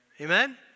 Amen